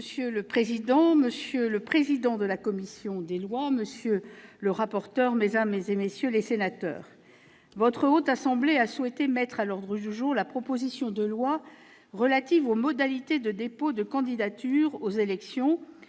Monsieur le président, monsieur le président de la commission des lois, monsieur le rapporteur, mesdames, messieurs les sénateurs, la Haute Assemblée a souhaité inscrire à l'ordre du jour de ses travaux la proposition de loi relative aux modalités de dépôt de candidature aux élections,